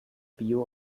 bio